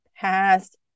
past